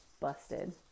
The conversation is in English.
busted